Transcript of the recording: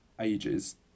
ages